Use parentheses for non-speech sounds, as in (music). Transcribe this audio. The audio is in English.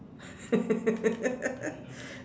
(laughs)